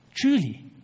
Truly